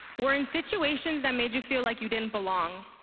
were in situations that made you feel like you didn't belong.